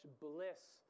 bliss